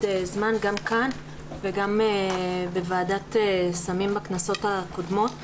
זמן גם כאן וגם בוועדת סמים בכנסות הקודמות.